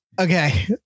okay